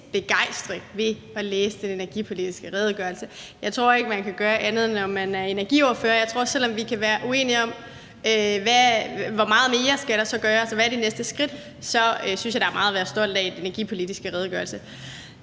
begejstring ved at læse den energipolitiske redegørelse. Jeg tror ikke, man kan føle andet, når man er energiordfører. Og selv om vi kan være uenige om, hvor meget mere der så skal gøres, og hvad det næste skridt er, synes jeg, der er meget at være stolt af i den energipolitiske redegørelse.